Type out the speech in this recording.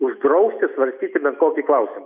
uždrausti svarstyti bent kokį klausimą